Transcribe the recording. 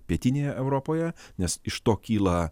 pietinėje europoje nes iš to kyla